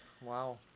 Wow